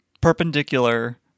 perpendicular